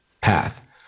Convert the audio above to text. path